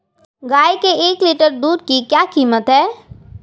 गाय के एक लीटर दूध की क्या कीमत है?